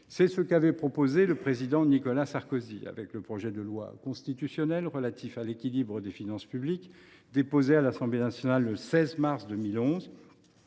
C’est ce qu’avait proposé le Président Nicolas Sarkozy dans le projet de loi constitutionnelle relatif à l’équilibre des finances publiques déposé à l’Assemblée nationale le 16 mars 2011,